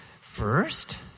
first